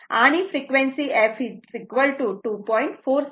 714 Ω आणि f 2